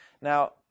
Now